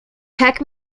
peck